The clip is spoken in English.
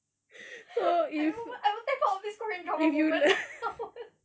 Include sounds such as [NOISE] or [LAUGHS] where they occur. I will I will tap out of this korean drama moment [LAUGHS]